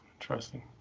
Interesting